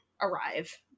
arrive